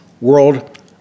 world